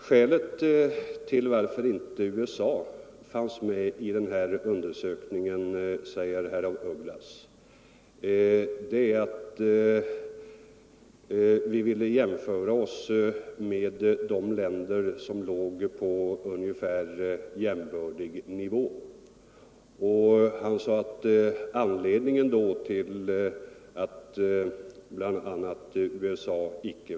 Skälet till att inte USA fanns med i den här undersökningen, säger herr af Ugglas, är att vi ville jämföra oss med de länder som låg på ungefär jämbördig nivå.